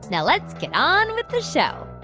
now let's get on with the show